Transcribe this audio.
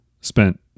spent